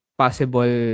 possible